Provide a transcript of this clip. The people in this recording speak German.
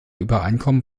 übereinkommen